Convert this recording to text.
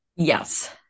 Yes